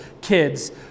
kids